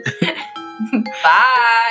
bye